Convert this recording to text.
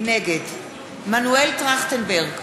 נגד מנואל טרכטנברג,